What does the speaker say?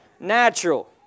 Natural